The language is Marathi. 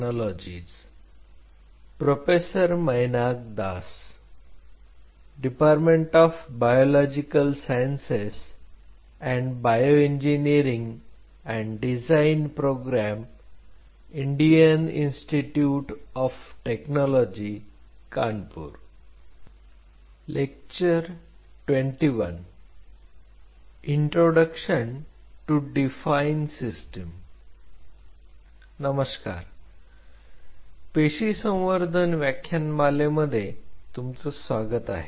नमस्कार पेशी संवर्धन व्याख्यानमालेमध्ये तुमच स्वागत आहे